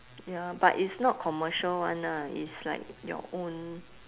ya but it's not commercial one ah it's like your own